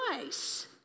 twice